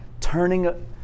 turning